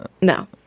No